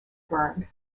burned